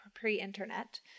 pre-internet